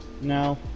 No